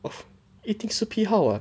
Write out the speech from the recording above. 一定是批号 [what]